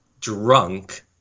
drunk